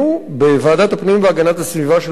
בוועדת הפנים והגנת הסביבה של הכנסת,